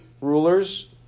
rulers